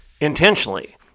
intentionally